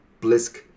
Blisk